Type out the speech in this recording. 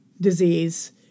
disease